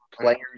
players